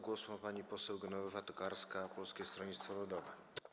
Głos ma pani poseł Genowefa Tokarska, Polskie Stronnictwo Ludowe.